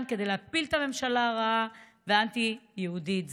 כדי להפיל את הממשלה הרעה והאנטי-יהודית הזאת.